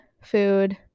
food